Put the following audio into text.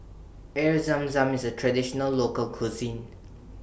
Air Zam Zam IS A Traditional Local Cuisine